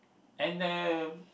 and the